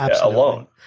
alone